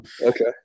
Okay